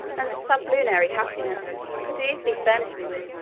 and sublunary happiness, could easily furnish me with